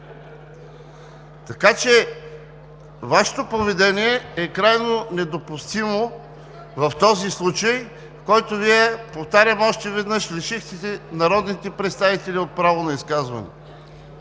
Така че Вашето поведение е крайно недопустимо в този случай, в който Вие, повтарям още веднъж, лишихте народните представители от право на изказване.